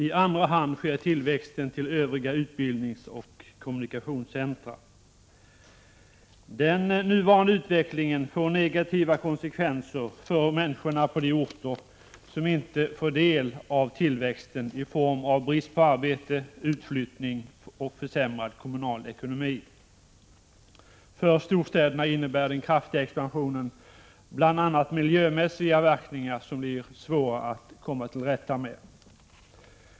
I andra hand sker tillväxten inom övriga utbildningsoch kommunikationscentra. Den nuvarande utvecklingen får negativa konsekvenser för människorna på de orter som inte får del av tillväxten — brist på arbete, utflyttning och 3 försämrad kommunal ekonomi. För storstäderna innebär den kraftiga expansionen bl.a. miljömässiga verkningar som blir svåra att komma till rätta med.